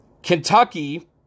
Kentucky